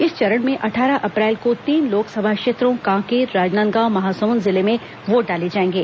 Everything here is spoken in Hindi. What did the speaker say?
इस चरण में अट्ठारह अप्रैल को तीन लोकसभा क्षेत्रों कांकेर राजनांदगांव महासमुद जिले में वोट डाले जाएंगे